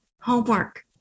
Homework